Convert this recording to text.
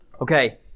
Okay